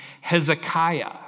Hezekiah